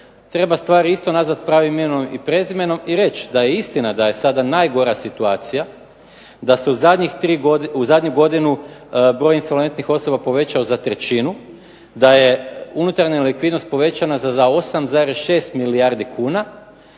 Treba stvari isto nazvati pravim imenom i prezimenom i reći da je istina da je sada najgora situacija da se u zadnju godinu broj insolventnih osoba povećao za trećinu, da je unutarnja nelikvidnost povećana za 8,6 milijardi kuna,